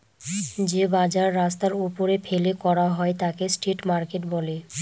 যে বাজার রাস্তার ওপরে ফেলে করা হয় তাকে স্ট্রিট মার্কেট বলে